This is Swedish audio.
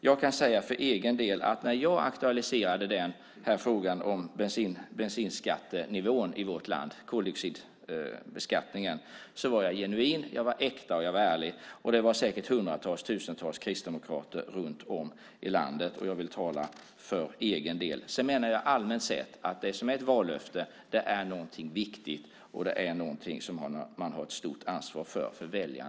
För egen del kan jag säga att när jag aktualiserade den här frågan om bensinskattenivån och koldioxidbeskattningen var jag genuin, äkta och ärlig. Det var säkert också tusentals andra kristdemokrater runt om i landet. Jag vill tala för egen del. Allmänt sett menar jag att ett vallöfte är något viktigt och något som man har ett stort ansvar för.